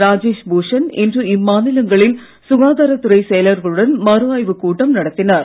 ராஜேஷ் பூஷண் இன்று இம்மாநிலங்களின் சுகாதாரத் துறை செயலர்களுடன் மறு ஆய்வுக் கூட்டம் நடத்தினார்